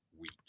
week